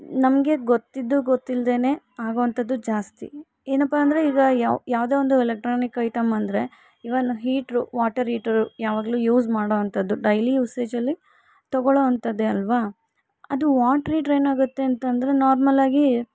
ನಮಗೆ ಗೊತ್ತಿದ್ದೋ ಗೊತ್ತಿಲ್ದೇನೊ ಆಗೋವಂಥದ್ದು ಜಾಸ್ತಿ ಏನಪ್ಪ ಅಂದರೆ ಇವಾಗ ಯಾವ ಯಾವುದೋ ಒಂದು ಎಲೆಕ್ಟ್ರಾನಿಕ್ ಐಟಮ್ಮಂದ್ರೆ ಇವನ್ ಹೀಟ್ರು ವಾಟರ್ ಈಟರು ಯಾವಾಗಲು ಯೂಸ್ ಮಾಡೋವಂಥದ್ದು ಡೈಲಿ ಯೂಸೇಜಲ್ಲಿ ತೊಗೊಳೋಥಂತದ್ದೇ ಅಲ್ವ ಅದು ವಾಟ್ರ್ ಹೀಟ್ರ್ ಏನಾಗುತ್ತೆ ಅಂತಂದ್ರೆ ನಾರ್ಮಲ್ಲಾಗಿ